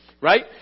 Right